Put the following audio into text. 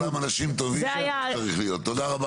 תודה רבה.